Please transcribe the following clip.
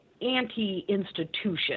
Anti-institution